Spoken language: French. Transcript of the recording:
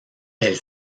elle